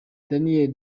daniel